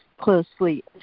closely